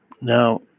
Now